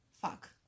Fuck